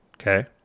Okay